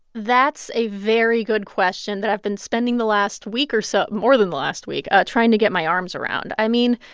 that's a very good question that i've been spending the last week or so more than the last week trying to get my arms around. i mean,